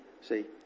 see